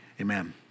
Amen